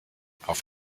auf